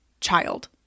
child